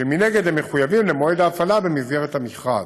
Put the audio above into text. כשמנגד הם מחויבים למועד ההפעלה במסגרת המכרז.